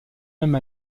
même